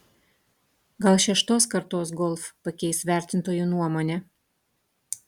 gal šeštos kartos golf pakeis vertintojų nuomonę